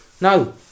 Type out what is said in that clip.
no